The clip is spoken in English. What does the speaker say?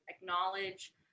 acknowledge